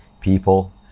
people